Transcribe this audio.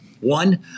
One